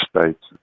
States